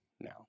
now